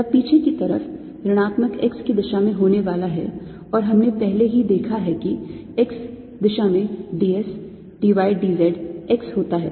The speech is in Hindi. या पीछे की तरफ ऋणात्मक x की दिशा में होने वाला है और हमने पहले ही देखा है कि x दिशा में d s d y d z x होता है